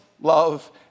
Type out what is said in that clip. love